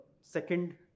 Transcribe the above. second